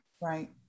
Right